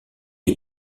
est